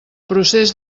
procés